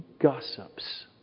gossips